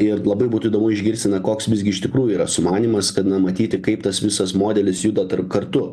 ir labai būtų įdomu išgirsti na koks visgi iš tikrųjų yra sumanymas kad na matyti kaip tas visas modelis juda kartu